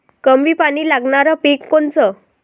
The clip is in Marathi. कमी पानी लागनारं पिक कोनचं?